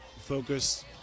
focus